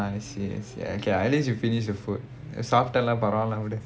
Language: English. ah I see I see okay lah at least you finished the food சாப்பிட்டேனா பரவால:saapittaenaa paravaala